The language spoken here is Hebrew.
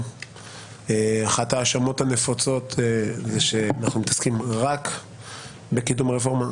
אחת ההאשמות הנפוצות היא שאנחנו עוסקים רק בקידום הרפורמה,